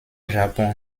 japon